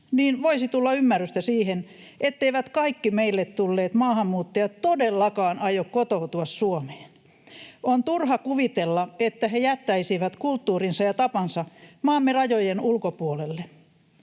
niin voisi tulla ymmärrystä siihen, etteivät kaikki meille tulleet maahanmuuttajat todellakaan aio kotoutua Suomeen. On turha kuvitella, että he jättäisivät kulttuurinsa ja tapansa maamme rajojen ulkopuolelle.